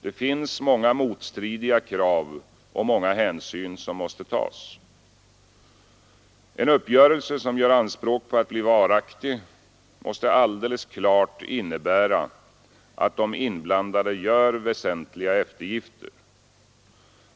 det finns många motstridiga krav och många hänsyn som måste tas. En uppgörelse som gör anspråk på att bli varaktig måste alldeles klart innebära att de inblandade gör väsentliga eftergifter.